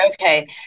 okay